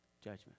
judgment